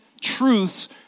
truths